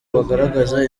bagaragaza